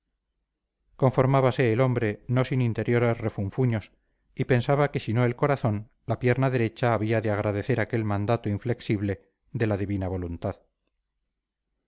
conformábase el hombre no sin interiores refunfuños y pensaba que si no el corazón la pierna derecha había de agradecer aquel mandato inflexible de la divina voluntad